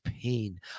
pain